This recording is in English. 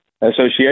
Association